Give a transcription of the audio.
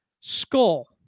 skull